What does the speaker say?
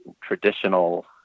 traditional